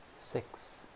six